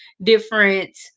different